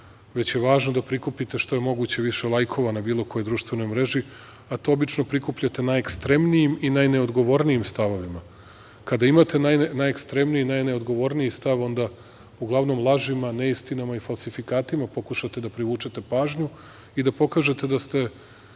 već je važno da prikupite što je moguće više lajkova, na bilo kojoj društvenoj mreži, a to obično prikupljate na ekstremnijim i najneodgovornijim stavovima. Kada imate najnekstremniji i najneodgovorniji stav, onda uglavnom lažima, neistinama i falsifikatima pokušate da privučete pažnju i da pokažete da ste